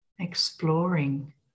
Exploring